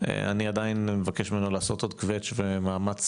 אני עדיין מבקש ממנו לעשות עוד קווץ' ומאמץ